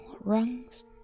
rungs